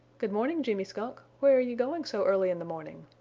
good morning, jimmy skunk, where are you going so early in the morning?